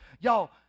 Y'all